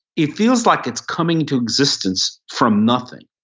it feels like it's coming to existence from nothing.